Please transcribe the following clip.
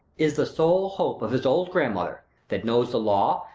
is the sole hope of his old grandmother that knows the law,